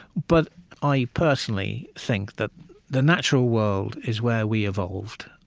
but i, personally, think that the natural world is where we evolved.